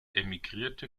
emigrierte